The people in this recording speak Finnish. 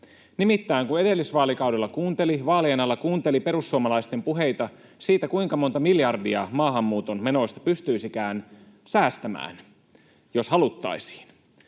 Nimittäin kun edellisvaalikaudella kuunteli, vaalien alla kuunteli, perussuomalaisten puheita siitä, kuinka monta miljardia maahanmuuton menoista pystyisikään säästämään, jos haluttaisiin,